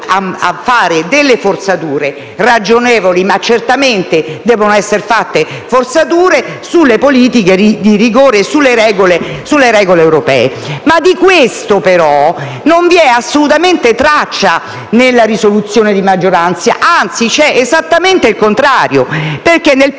fare delle forzature, ragionevoli ma certamente forzature, sulle politiche di rigore e sulle regole europee. Di questo, però, non vi è assolutamente traccia nella risoluzione di maggioranza, anzi, c'è esattamente il contrario perché nel punto